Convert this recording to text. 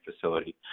facility